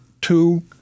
two—